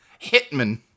Hitman